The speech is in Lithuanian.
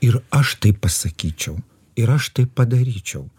ir aš taip pasakyčiau ir aš taip padaryčiau